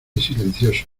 silencioso